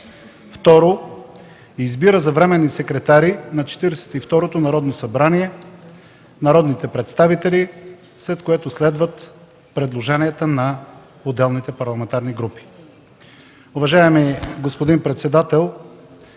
2. Избира за временни секретари на Четиридесет и второто Народно събрание народните представители”, след което следват предложенията на отделните парламентарни групи. Уважаеми господин председател,